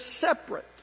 separate